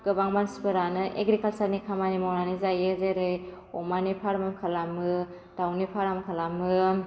गोबां मानसिफोरानो एग्रिकालसारनि खामानि मावनानै जायो जेरै अमानि फार्म खालामो दाउनि फार्म खालामो